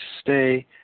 stay